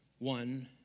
One